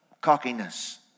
Cockiness